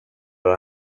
det